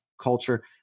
culture